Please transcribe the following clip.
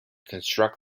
construct